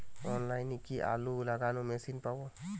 অনলাইনে কি আলু লাগানো মেশিন পাব?